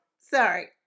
sorry